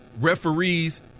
referees